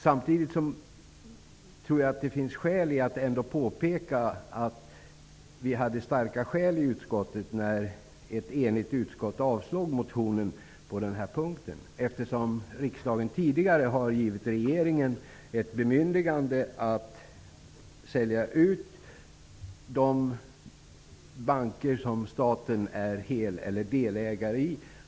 Samtidigt finns det ändå anledning att påpeka att utskottet hade starka skäl när ett enigt utskott avstrykte motionen på denna punkt. Riksdagen har tidigare givit regeringen bemyndigande att sälja ut de banker som staten är hel eller delägare i.